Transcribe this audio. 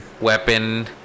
weapon